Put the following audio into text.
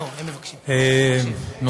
תודה רבה,